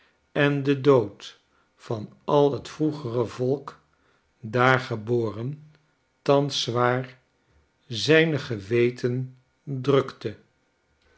en de dood van al het vroegere volk daar geboren thans zwaar zijn